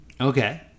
Okay